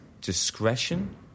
discretion